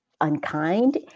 unkind